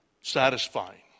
satisfying